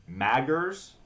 maggers